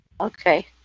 okay